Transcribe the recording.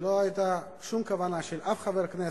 שלא היתה שום כוונה של אף חבר כנסת,